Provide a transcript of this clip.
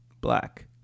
black